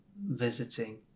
visiting